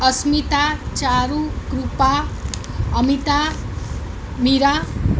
Asmita Charu Kripa Amita Meera